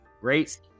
Great